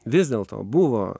vis dėlto buvo